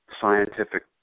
scientific